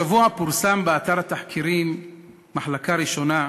השבוע פורסם באתר התחקירים "מחלקה ראשונה",